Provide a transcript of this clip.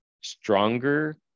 stronger